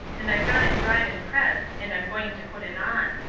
and i've got it dried and pressed and i'm going to put it on.